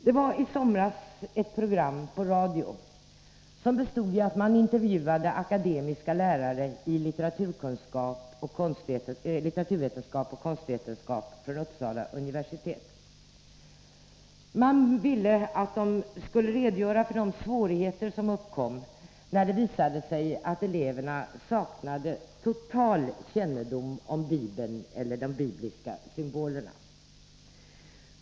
I somras sändes ett program på radio, där man intervjuade akademiska lärare i litteraturvetenskap och konstvetenskap vid Uppsala universitet. Man bad dem redogöra för de svårigheter som uppkom när det visade sig att eleverna totalt saknade kännedom om Bibeln eller de bibliska symbolerna.